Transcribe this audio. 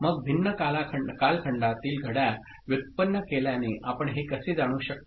मग भिन्न कालखंडातील घड्याळ व्युत्पन्न केल्याने आपण हे कसे जाणू शकता